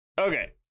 okay